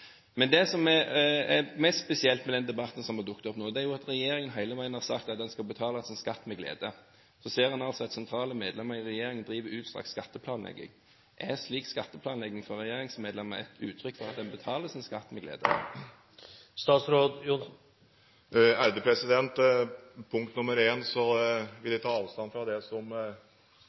Det som er mest spesielt med den debatten som har dukket opp nå, er jo at regjeringen hele veien har sagt at en skal betale sin skatt med glede. Så ser en altså at sentrale medlemmer av regjeringen driver utstrakt skatteplanlegging. Er slik skatteplanlegging fra regjeringsmedlemmer et uttrykk for at en betaler sin skatt med glede? Punkt nr. én: Jeg vil ta avstand fra det som